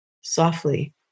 softly